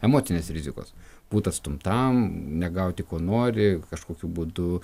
emocinės rizikos būt atstumtam negauti ko nori kažkokiu būdu